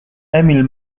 emil